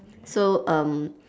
so um